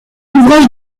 ouvrages